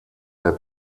der